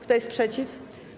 Kto jest przeciw?